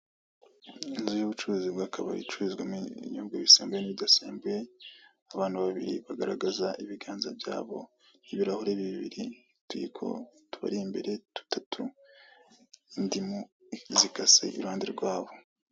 Inzu y'ubucuruzi bw'akabari icururizwamo ibinyobwa bisembuye abantu babiri bagaragaza ibiganza byabo, ibirahure bibiri, utuyiko tubari imbere dutatu n'indimu zikase iruhande rwabo.